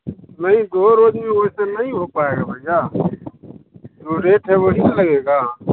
नहीं दो रोज में वैसे नहीं हो पाएगा भैया जो रेट है वही तो लगेगा